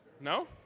No